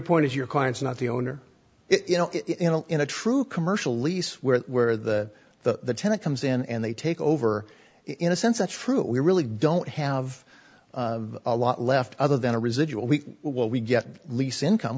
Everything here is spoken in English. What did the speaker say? point is your client's not the owner you know in a true commercial lease where where the the tenant comes in and they take over in a sense that's true we really don't have a lot left other than a residual we will we get lease income